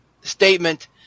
statement